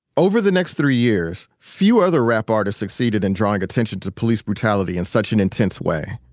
over the next three years, few other rap artists succeeded in drawing attention to police brutality in such an intense way.